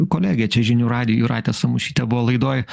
kolegę čia žinių radijuj jūratė samušytė buvo laidoj